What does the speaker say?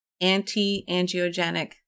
anti-angiogenic